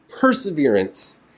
perseverance